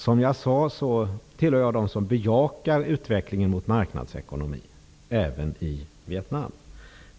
Som jag sade tillhör jag dem som bejakar utvecklingen mot marknadsekonomi, även i Vietnam.